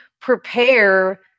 prepare